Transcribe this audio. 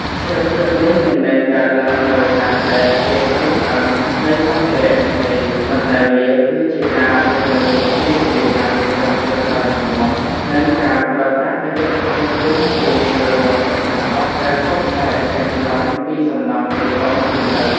ស្ថិរភាពនេះមិនមែនកើតឡើងដោយសារតែភាពរឹងត្អឹងនៃសម្ភារៈនោះទេ ប៉ុន្តែវាគឺជាការរួមបញ្ចូលគ្នារវាងការរៀបចំគ្រឹះដ៏រឹងមាំ និងការប្រើប្រាស់បច្ចេកទេសផ្គុំគ្រឿងឈើដ៏ប៉ិនប្រសប់ដែលខុសប្លែកទាំងស្រុងពីសំណង់បេតុងទំនើប។